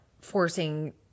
forcing